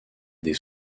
des